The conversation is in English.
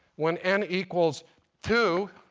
when n equals two,